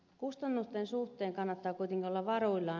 kustannusten suhteen kannattaa kuitenkin olla varuillaan